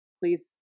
Please